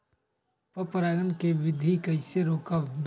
पर परागण केबिधी कईसे रोकब?